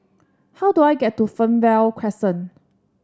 how do I get to Fernvale Crescent